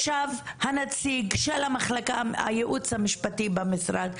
ישב הנציג של המחלקה הייעוץ המשפטי במשרד,